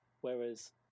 Whereas